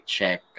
Check